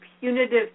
punitive